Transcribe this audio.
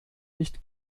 nicht